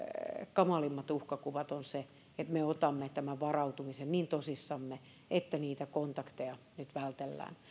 kamalimmat uhkakuvat on se että me otamme tämän varautumisen niin tosissamme että niitä kontakteja nyt vältellään